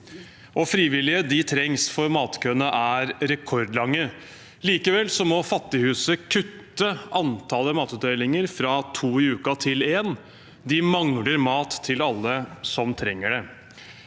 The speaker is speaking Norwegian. Frivillige trengs, for matkøene er rekordlange. Likevel må Fattighuset kutte antall matutdelinger fra to i uken til én. De mangler mat til alle som trenger det.